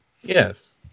Yes